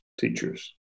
teachers